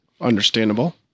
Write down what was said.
Understandable